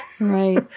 Right